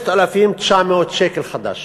6,900 שקל חדש,